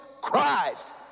Christ